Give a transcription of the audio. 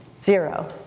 Zero